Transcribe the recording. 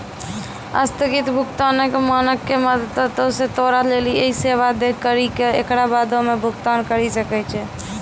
अस्थगित भुगतानो के मानक के मदतो से तोरा लेली इ सेबा दै करि के एकरा बादो मे भुगतान करि सकै छै